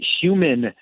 human